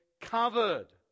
covered